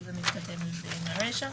אבל ככל שנתקרב למספרים הקטנים